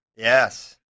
Yes